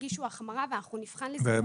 תגישו החמרה ואנחנו נבחן לזכאות --- והם